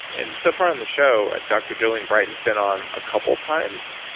and so far in the show, dr. julian brighton's been on a couple times,